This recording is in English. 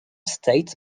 state